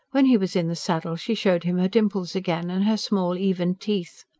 when he was in the saddle she showed him her dimples again, and her small, even teeth.